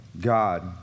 God